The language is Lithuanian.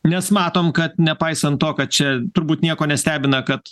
nes matom kad nepaisant to kad čia turbūt nieko nestebina kad